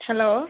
hello